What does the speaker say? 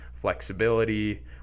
flexibility